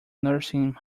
nursing